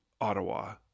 Ottawa